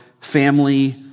family